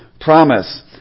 promise